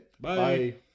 Bye